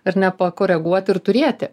ar ne pakoreguoti ir turėti